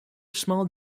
small